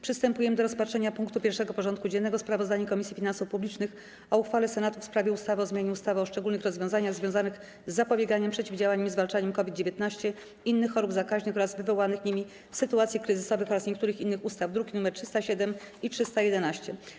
Przystępujemy do rozpatrzenia punktu 1. porządku dziennego: Sprawozdanie Komisji Finansów Publicznych o uchwale Senatu w sprawie ustawy o zmianie ustawy o szczególnych rozwiązaniach związanych z zapobieganiem, przeciwdziałaniem i zwalczaniem COVID-19, innych chorób zakaźnych oraz wywołanych nimi sytuacji kryzysowych oraz niektórych innych ustaw (druki nr 307 i 311)